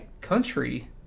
Country